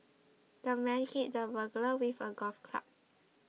the man hit the burglar with a golf club